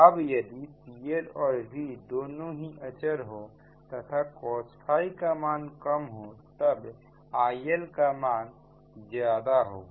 अब यदि PL और V दोनों ही अचर हो तथा COSϕ का मान कम हो तब IL का मान ज्यादा होगा